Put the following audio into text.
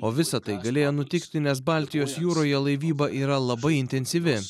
o visa tai galėjo nutikti nes baltijos jūroje laivyba yra labai intensyvi